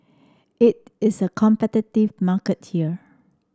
it it's a competitive market here